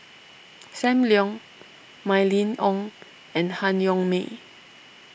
Sam Leong Mylene Ong and Han Yong May